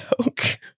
joke